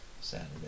Saturday